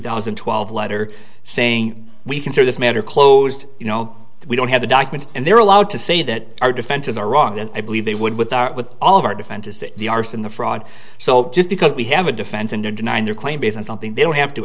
thousand and twelve letter saying we consider this matter closed you know we don't have the documents and they're allowed to say that our defenses are wrong and i believe they would without with all of our defenses the arson the fraud so just because we have a defense and in denying their claim based on something they don't have to